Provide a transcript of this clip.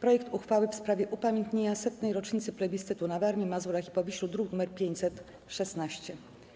projekt uchwały w sprawie upamiętnienia 100. rocznicy plebiscytu na Warmii, Mazurach i Powiślu (druk nr 516)